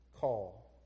call